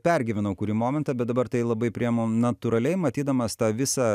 pergyvenau kurį momentą bet dabar tai labai priimu natūraliai matydamas tą visą